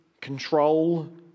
control